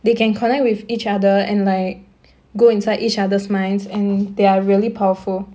they can connect with each other and like go inside each others' minds and they are really powerful